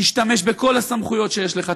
תשתמש בכל הסמכויות שיש לך,